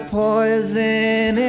poison